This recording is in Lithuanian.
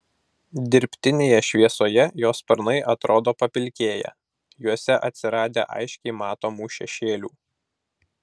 dirbtinėje šviesoje jo sparnai atrodo papilkėję juose atsiradę aiškiai matomų šešėlių